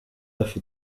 hafi